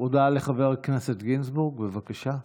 הודעה לחבר הכנסת גינזבורג, בבקשה.